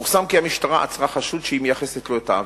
פורסם כי המשטרה עצרה חשוד שהיא מייחסת לו את העבירות.